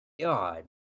God